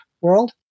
world